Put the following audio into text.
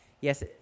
yes